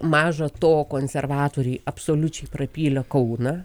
maža to konservatoriai absoliučiai prapylę kauną